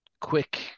quick